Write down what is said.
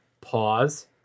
pause